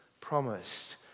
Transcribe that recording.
promised